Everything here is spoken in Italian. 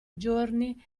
giorni